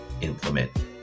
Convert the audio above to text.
implement